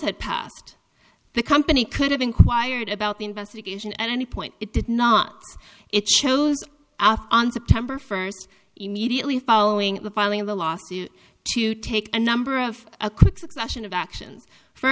had passed the company could have inquired about the investigation at any point it did not it shows up on september first immediately following the filing of the lawsuit to take a number of a quick succession of actions f